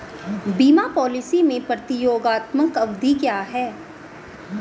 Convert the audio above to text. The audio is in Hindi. बीमा पॉलिसी में प्रतियोगात्मक अवधि क्या है?